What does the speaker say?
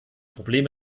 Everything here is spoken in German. probleme